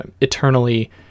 eternally